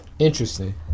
interesting